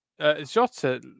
Jota